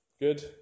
Good